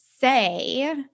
say